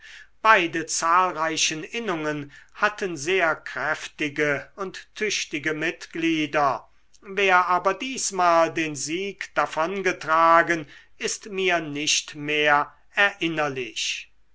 beide zahlreichen innungen hatten sehr kräftige und tüchtige mitglieder wer aber diesmal den sieg davongetragen ist mir nicht mehr erinnerlich